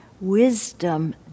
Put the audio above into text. wisdom